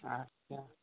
আচ্ছা